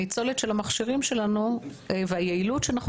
הניצולת של המכשירים שלנו והיעילות שאנחנו